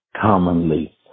commonly